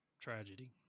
tragedy